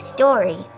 Story